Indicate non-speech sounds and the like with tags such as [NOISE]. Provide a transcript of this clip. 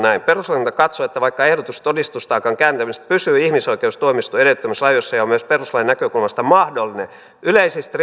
näin perustuslakivaliokunta katsoo että vaikka ehdotus todistustaakan kääntämisestä pysyy ihmisoikeustuomioistuimen edellyttämissä rajoissa ja on myös perustuslain näkökulmasta mahdollinen yleisistä [UNINTELLIGIBLE]